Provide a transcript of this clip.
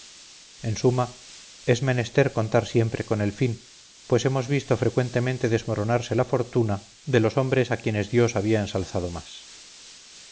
en suma es menester contar siempre con el fin pues hemos visto frecuentemente desmoronarse la fortuna da los hombres a quienes dios había ensalzado más